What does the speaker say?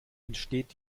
entsteht